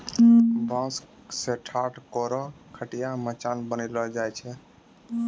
बांस सें ठाट, कोरो, खटिया, मचान बनैलो जाय छै